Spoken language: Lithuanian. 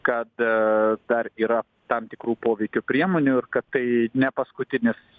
kad dar yra tam tikrų poveikio priemonių ir kad tai ne paskutinis